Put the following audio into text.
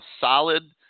solid